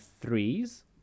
threes